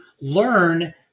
learn